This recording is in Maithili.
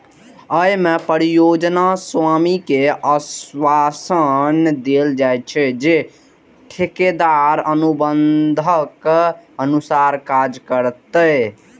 अय मे परियोजना स्वामी कें आश्वासन देल जाइ छै, जे ठेकेदार अनुबंधक अनुसार काज करतै